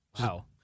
wow